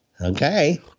Okay